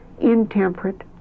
intemperate